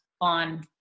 on